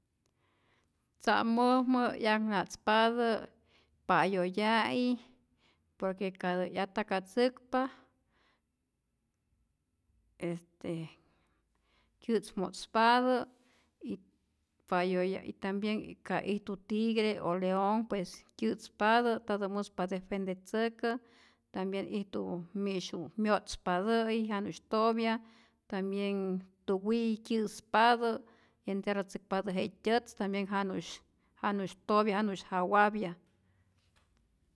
Tza'mojmä 'yakna'tzpatä pa'yoya'i, por que katä 'yatakatzäkpa este kyä'tz mo'tzpatä pa'yoya' y tambien ka ijtu tigre o leon pues kyä'spatä ntatä muspa defendetzäkä, tambien ijtu mi'su myo'tzpatä'i janu'sy topya, tambien tuwi' kyä'spatä entierratzäkpatä je tyätz tambien janu'sy topya, janu'sy jawapya.